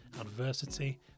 adversity